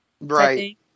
Right